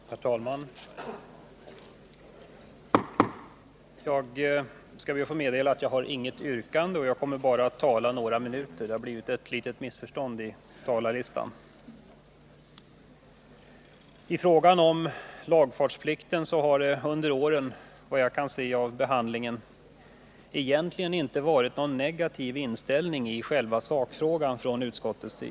Herr talman! Jag skall be att få meddela att jag inte har något yrkande och att jag kommer att tala bara några minuter. Det har blivit ett missförstånd på talarlistan. I fråga om lagfartsplikten har utskottet, efter vad jag kan finna "av behandlingen, under åren egentligen inte haft någon negativ inställning till själva sakfrågan.